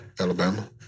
Alabama